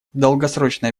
долгосрочная